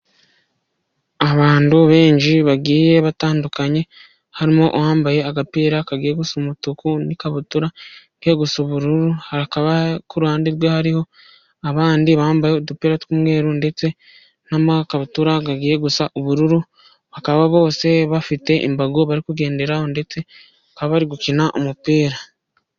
Abantu benshi bagiye batandukanye harimo uwambaye agapira kagiye gusa umutuku n'ikabutura igiye gusa ubururu, kuhande rwe hariho abandi bambaye udupira tw'umweru ndetse n'amakabutura agiye gusa ubururu. Bakaba bose bafite imbago bari kugenderaho ndetse bakaba bari gukina umupira.